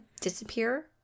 disappear